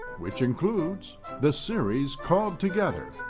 which includes the series called together,